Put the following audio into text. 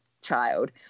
child